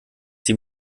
sie